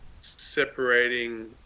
separating